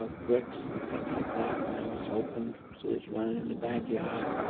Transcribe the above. ah bricks and stuff like that, and there was open sewage running in the backyard.